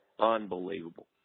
unbelievable